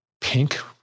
pink